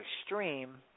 extreme